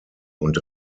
und